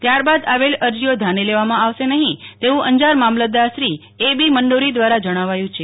ત્યારબાદ આવેલ અરજીઓ ધ્યાને લેવામાં આવશે નહીં તેવું અંજાર મામલતદારશ્રી એ બી મંડોરી દ્વારા જણાવાયું છે